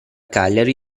cagliari